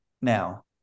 now